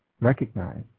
recognize